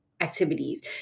activities